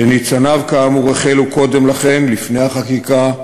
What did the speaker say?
שניצניו כאמור החלו קודם לכן, לפני החקיקה,